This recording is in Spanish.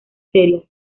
serias